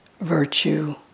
virtue